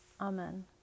Amen